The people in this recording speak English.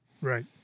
right